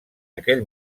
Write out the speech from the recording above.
aquell